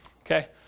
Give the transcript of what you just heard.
Okay